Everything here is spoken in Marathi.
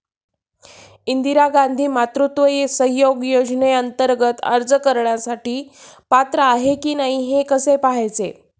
इंदिरा गांधी मातृत्व सहयोग योजनेअंतर्गत अर्ज करण्यासाठी पात्र आहे की नाही हे कसे पाहायचे?